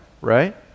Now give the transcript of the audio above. right